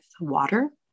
water